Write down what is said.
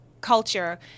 culture